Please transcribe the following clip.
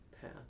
path